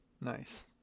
Nice